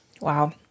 Wow